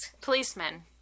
Policemen